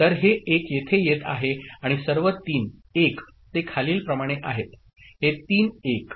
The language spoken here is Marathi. तर हे 1 येथे येत आहे आणि सर्व तीन 1s ते खालीलप्रमाणे आहेत हे तीन 1s